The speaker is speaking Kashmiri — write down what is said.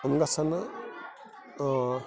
یِم گَژھن نہٕ